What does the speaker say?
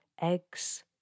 eggs